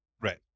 right